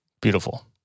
Beautiful